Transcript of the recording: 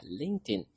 LinkedIn